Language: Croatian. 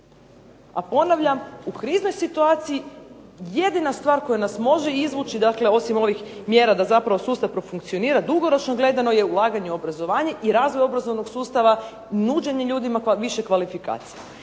A ponavljam u kriznoj situaciji jedina stvar koja nas može izvući dakle osim ovih mjera da zapravo sustav profunkcionira dugoročno gledano je ulaganje u obrazovanje i razvoj obrazovnog sustava, nuđenje ljudima više kvalifikacija.